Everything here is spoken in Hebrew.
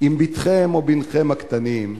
אם בתכם או בנכם הקטנים,